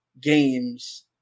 games